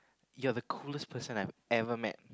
you're the coolest person I've every met